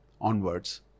onwards